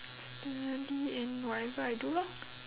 study and whatever I do lor